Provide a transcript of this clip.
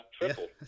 triple